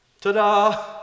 Ta-da